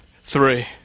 Three